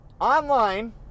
online